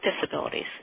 disabilities